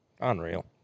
Unreal